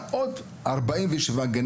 שהם באחריות העירייה ועוד 47 גנים,